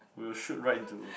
we will shoot right into